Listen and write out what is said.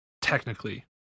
technically